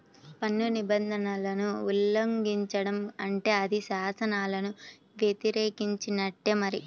పన్ను నిబంధనలను ఉల్లంఘించడం అంటే అది శాసనాలను వ్యతిరేకించినట్టే మరి